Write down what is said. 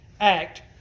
act